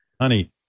honey